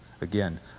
again